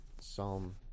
Psalm